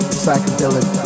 psychedelic